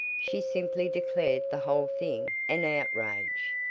she simply declared the whole thing an outrage,